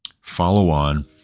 follow-on